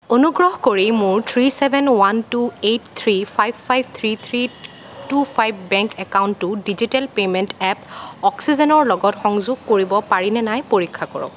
অনুগ্ৰহ কৰি মোৰ three seven one two eight three five five three three two five bank একাউণ্টটো digital payment app অক্সিজেনৰ লগত সংযোগ কৰিব পাৰিনে নাই পৰীক্ষা কৰক